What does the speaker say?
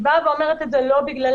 אני אומרת את זה לא בגללנו,